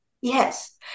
Yes